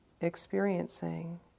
experiencing